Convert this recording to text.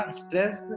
stress